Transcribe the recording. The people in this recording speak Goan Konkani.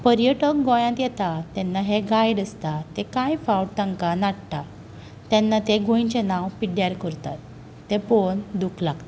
पर्यटक गोंयांत येता तेन्ना हे गायड आसता ते कांय फावट तांकां नाडटा तेन्ना ते गोंयचे नांव पिड्ड्यार करतात तें पळोवन दूख लागता